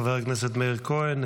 חבר הכנסת מאיר כהן,